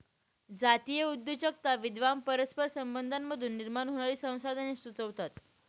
जातीय उद्योजकता विद्वान परस्पर संबंधांमधून निर्माण होणारी संसाधने सुचवतात